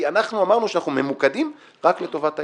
כי אנחנו אמרנו שאנחנו ממוקדים רק לטובת הילדים.